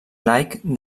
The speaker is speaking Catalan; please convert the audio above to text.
laic